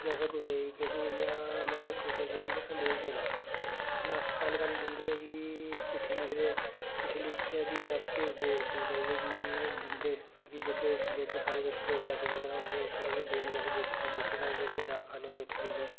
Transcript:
कि असें कुसै गी किश इ'यां मतलब कुसै गी किश इयां संदेश देना हून अस पैह्ले पैह्ले दिंदे ही कि चिट्ठी लिखदे चिट्ठी लिखियै फ्ही अस भेजदे हे उसी मतलब कि दिंदे हे कि जेह्के जेह्के साढ़े जेह्के पोस्ट आफिस होंदे उत्थें जाइयै देनी असें जेह्कियां जेह्की साढ़े जेह्के डाकखाने होंदे उत्थें देनी